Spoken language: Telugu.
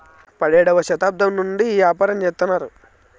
పడియేడవ శతాబ్దం నుండి ఈ యాపారం చెత్తన్నారు